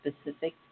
specific